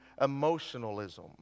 emotionalism